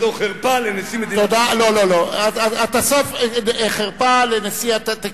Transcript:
זו בושה וזו חרפה לנשיא מדינת ישראל.